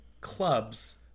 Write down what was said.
clubs